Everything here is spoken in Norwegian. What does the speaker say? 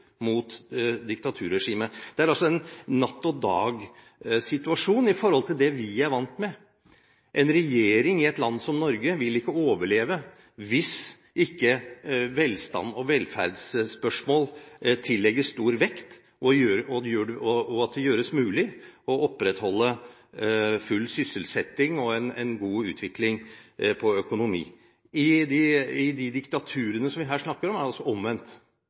mot diktaturregimet. Det er altså en natt-og-dag-situasjon i forhold til det vi er vant med. En regjering i et land som Norge vil ikke overleve hvis ikke velstands- og velferdsspørsmål tillegges stor vekt, og at det gjøres mulig å opprettholde full sysselsetting og en god utvikling i økonomien. I de diktaturene vi her snakker om, er det altså omvendt.